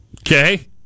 Okay